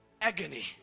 agony